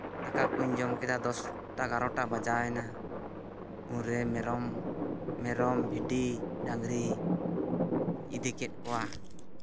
ᱫᱟᱠᱟ ᱠᱚᱧ ᱡᱚᱢ ᱠᱮᱫᱟ ᱫᱚᱥᱴᱟ ᱮᱜᱟᱨᱚᱴᱟ ᱵᱟᱡᱟᱣ ᱮᱱᱟ ᱩᱱᱨᱮ ᱢᱮᱨᱚᱢ ᱢᱮᱨᱚᱢ ᱵᱷᱤᱰᱤ ᱰᱟᱝᱨᱤ ᱤᱫᱤ ᱠᱮᱫ ᱠᱚᱣᱟ